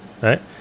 right